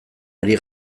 ari